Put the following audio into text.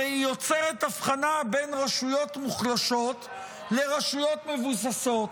הרי היא יוצרת הבחנה בין רשויות מוחלשות לרשויות מבוססות.